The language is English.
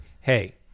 Hey